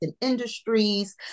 industries